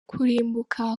kurimbuka